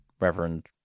Reverend